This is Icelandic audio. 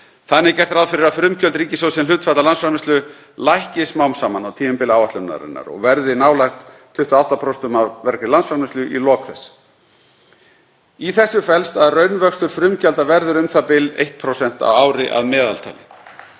Þannig er gert ráð fyrir að frumgjöld ríkissjóðs sem hlutfall af landsframleiðslu lækki smám saman á tímabili áætlunarinnar og verði nálægt 28% af vergri landsframleiðslu í lok þess. Í þessu felst að raunvöxtur frumgjalda verður u.þ.b. 1% á ári að meðaltali.